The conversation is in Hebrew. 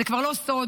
זה כבר לא סוד